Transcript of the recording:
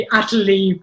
utterly